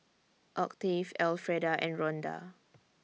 Octave Alfreda and Ronda